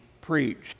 preached